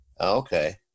okay